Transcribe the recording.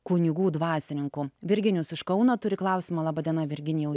kunigų dvasininkų virginijus iš kauno turi klausimą laba diena virginijau